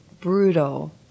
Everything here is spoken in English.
brutal